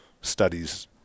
studies